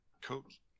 Coach